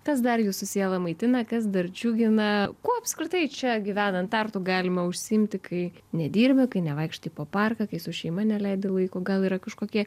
kas dar jūsų sielą maitina kas dar džiugina kuo apskritai čia gyvenant tartu galima užsiimti kai nedirbi kai nevaikštai po parką kai su šeima neleidi laiko gal yra kažkokie